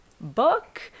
book